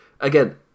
Again